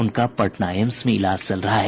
उनका पटना एम्स में इलाज चल रहा है